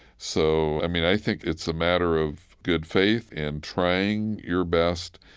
so, i mean, i think it's a matter of good faith and trying your best,